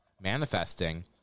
manifesting